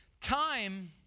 Time